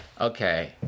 Okay